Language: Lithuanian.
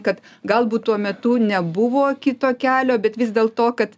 kad galbūt tuo metu nebuvo kito kelio bet vis dėlto kad